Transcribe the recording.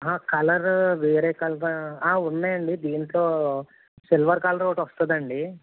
colour వేరే colour ఉన్నాయండి దీంట్లో సిల్వర్ కలర్ ఒకటి వస్తుందండి